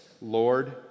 Lord